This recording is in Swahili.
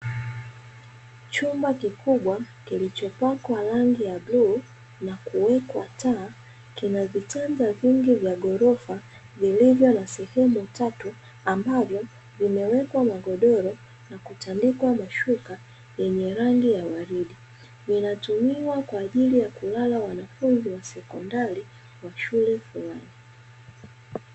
Chumba kikubwa kilichopakwa rangi ya bluu na kuwekwa taa, kina vitanda vingi vya ghorofa vilivyo na sehemu tatu; ambavyo vimewekwa magodoro na kutandikwa mashuka yenye rangi ya waridi. Vinatumiwa kwa ajili ya kulala wanafunzi wa sekondari wa shule fulani.